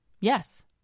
Yes